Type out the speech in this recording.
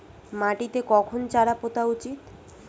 মাটিতে কখন চারা পোতা উচিৎ?